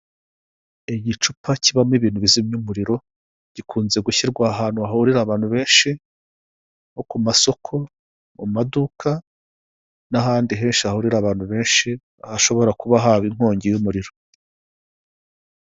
Igicupa kibamo ibintu bizimya umuriro gikunze gushyirwa ahantu hahurira abantu benshi nko ku masoko mu maduka n'ahandi henshi hahurira abantu benshi hashobora kuba haba inkongi y'umuriro.